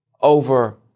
over